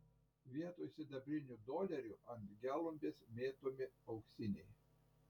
vietoj sidabrinių dolerių ant gelumbės mėtomi auksiniai